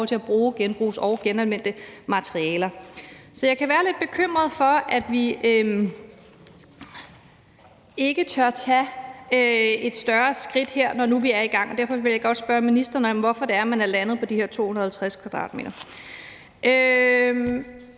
til at bruge genbrugsmaterialer og genanvendte materialer. Så jeg kan være lidt bekymret for, at vi ikke tør tage et større skridt her, når nu vi er i gang, og derfor vil jeg gerne spørge ministeren, hvorfor det er, at man er landet på de her 250 m².